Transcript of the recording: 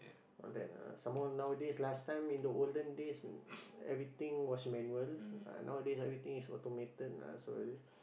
all that uh some more nowadays last time in the olden days everything was manual uh nowadays everything is automated uh so